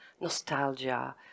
nostalgia